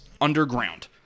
underground